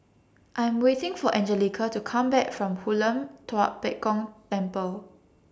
I Am waiting For Angelica to Come Back from Hoon Lam Tua Pek Kong Temple